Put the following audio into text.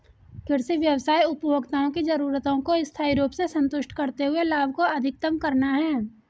कृषि व्यवसाय उपभोक्ताओं की जरूरतों को स्थायी रूप से संतुष्ट करते हुए लाभ को अधिकतम करना है